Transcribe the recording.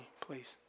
please